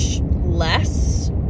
less